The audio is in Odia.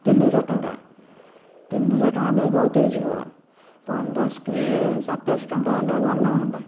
ତିନି ହଜାର ଟଙ୍କା ତିନି ହଜାର ଟଙ୍କା ଭାଇ ବହୁତ ହେଇଯିବ ପନ୍ଦର ଶହ କି ସତର ଶହ ଟଙ୍କା ହେଲେ ଭଲ ହୁଅନ୍ତା